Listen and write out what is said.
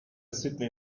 sydney